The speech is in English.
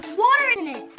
water in it!